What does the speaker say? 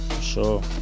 sure